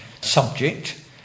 subject